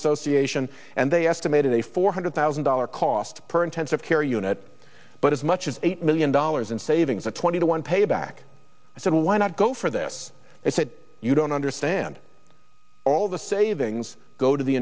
association and they estimated a four hundred thousand dollar cost per intensive care unit but as much as eight million dollars in savings a twenty to one payback i said why not go for this they said you don't understand all the savings go to the